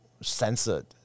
censored